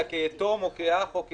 אלא כיתום או כאח או כרעיה.